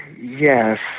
Yes